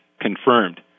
confirmed